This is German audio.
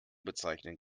bezeichnen